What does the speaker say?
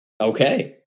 Okay